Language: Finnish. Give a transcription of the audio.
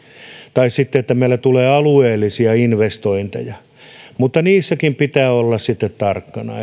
tai sitten se että meillä tulee alueellisia investointeja mutta niissäkin pitää olla sitten tarkkana